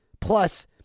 Plus